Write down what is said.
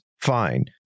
fine